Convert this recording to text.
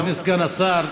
אדוני סגן השר,